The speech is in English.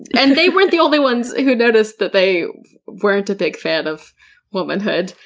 and they weren't the only ones who noticed that they weren't a big fan of womanhood.